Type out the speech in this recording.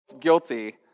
guilty